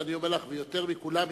ואני אומר לך: ויותר מכולם מתלמידי.